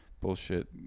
bullshit